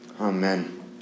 Amen